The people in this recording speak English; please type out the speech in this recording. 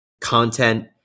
content